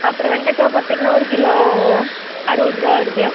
அப்புறம் வெண்டைக்கா பார்த்தீங்கன்னா ஒரு கிலோ அறுபது ரூபா வருது